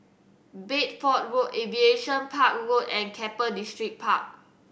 Bedford Road Aviation Park Road and Keppel Distripark